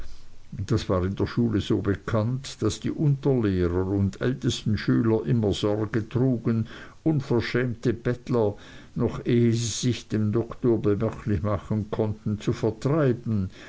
das war in der schule so bekannt daß die unterlehrer und ältesten schüler immer sorge trugen unverschämte bettler noch ehe sie sich dem doktor bemerklich machen konnten zu vertreiben